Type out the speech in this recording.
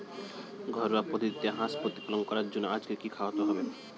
ঘরোয়া পদ্ধতিতে হাঁস প্রতিপালন করার জন্য আজকে কি খাওয়াতে হবে?